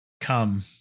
Come